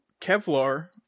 Kevlar